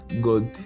God